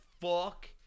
fuck